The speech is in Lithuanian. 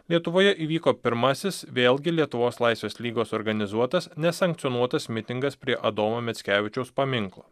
lietuvoje įvyko pirmasis vėlgi lietuvos laisvės lygos organizuotas nesankcionuotas mitingas prie adomo mickevičiaus paminklo